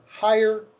higher